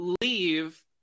leave